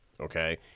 okay